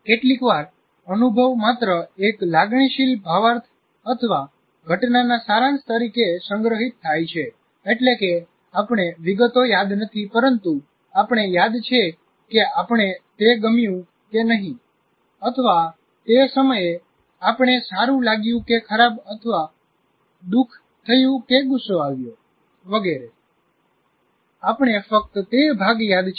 કેટલીકવાર અનુભવ માત્ર એક લાગણીશીલ ભાવાર્થ અથવા ઘટનાના સારાંશ તરીકે સંગ્રહિત થાય છે એટલે કે આપણે વિગતો યાદ નથી પરંતુ આપણે યાદ છે કે આપણે તે ગમ્યું કે નહીં અથવા તે સમયે આપણે સારું લાગ્યું કે ખરાબ અથવા દુખ થયું કે ગુસ્સો આવ્યો વગેરે આપણે ફક્ત તે ભાગ યાદ છે